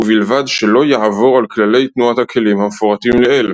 ובלבד שלא יעבור על כללי תנועת הכלים המפורטים לעיל.